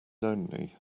lonely